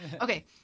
Okay